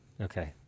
Okay